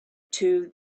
too